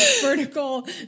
vertical